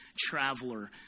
traveler